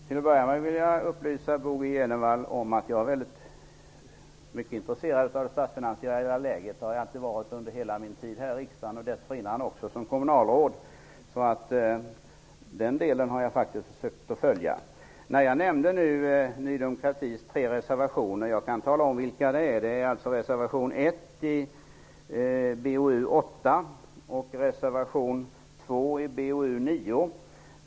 Herr talman! Till att börja med vill jag upplysa Bo G Jenevall om att jag är mycket intresserad av det statsfinansiella läget. Det har jag varit under hela min tid här i riksdagen och även dessförinnan som kommunalråd. Den delen har jag faktiskt försökt att följa. Jag nämnde Ny demokratis tre reservationer. Jag kan tala om vilka de är. Det är reservation 1 till BoU8 och reservation 2 till BoU9.